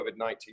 COVID-19